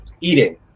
eating